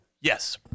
Yes